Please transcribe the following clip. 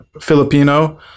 Filipino